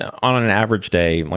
on on an average day.